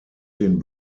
den